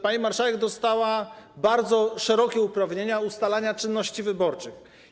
Pani marszałek dostała bardzo szerokie uprawnienia dotyczące ustalania czynności wyborczych.